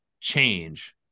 change